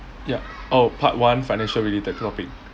ya oh part one financial related topic